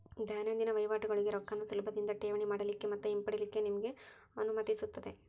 ದೈನಂದಿನ ವಹಿವಾಟಗೋಳಿಗೆ ರೊಕ್ಕಾನ ಸುಲಭದಿಂದಾ ಠೇವಣಿ ಮಾಡಲಿಕ್ಕೆ ಮತ್ತ ಹಿಂಪಡಿಲಿಕ್ಕೆ ನಿಮಗೆ ಅನುಮತಿಸುತ್ತದೆ